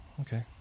Okay